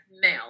male